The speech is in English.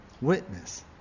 witness